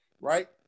right